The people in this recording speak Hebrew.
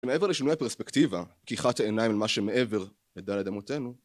מעבר לשינוי הפרספקטיבה, פקיחת עיניים למה שמעבר לדלת אמותינו